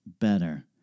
better